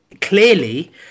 clearly